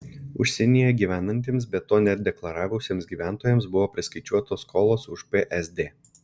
užsienyje gyvenantiems bet to nedeklaravusiems gyventojams buvo priskaičiuotos skolos už psd